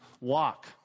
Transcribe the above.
walk